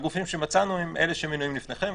הגופים שמצאנו הם אלו שמנויים לפניכם,